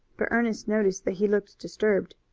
but ernest noticed that he looked disturbed.